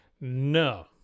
No